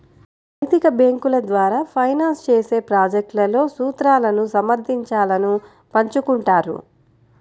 నైతిక బ్యేంకుల ద్వారా ఫైనాన్స్ చేసే ప్రాజెక్ట్లలో సూత్రాలను సమర్థించాలను పంచుకుంటారు